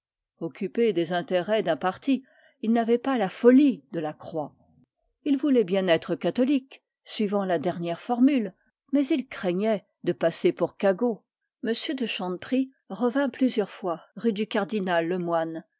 des intérêts d'un parti ils n'avaient pas la folie de la croix ils voulaient bien être catholiques mais ils craignaient de passer pour cagots m de chanteprie revint plusieurs fois rue du cardinallemoine et